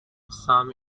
some